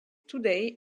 today